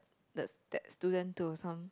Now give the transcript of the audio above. the that student to some